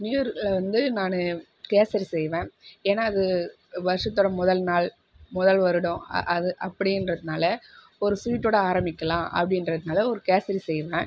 new year வந்து நான் கேசரி செய்வேன் ஏன்னா அது வருஷத்தில் முதல் நாள் முதல் வருடம் அ அது அப்படின்றதுனால ஒரு ஸ்வீட்டோட ஆரமிக்கலாம் அப்படின்றதுனால ஒரு கேசரி செய்வேன்